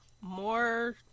more